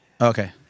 Okay